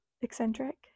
eccentric